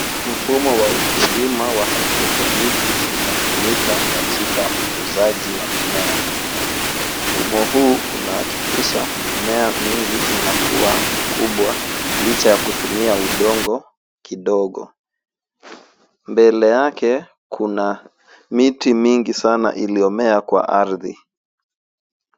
Mfumo wa ukulima wa hydroponiki unatumika katika ukuzaji wa mimea. Mfumo huu unahakikisha mimea mingi inakua kubwa licha ya kutumia udongo kidogo. Mbele yake kuna miti mingi sana iliyomea kwa ardhi.